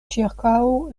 ĉirkaŭ